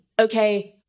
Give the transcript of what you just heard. okay